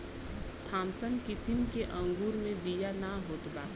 Thompson किसिम के अंगूर मे बिया ना होत बा